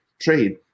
trade